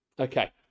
Okay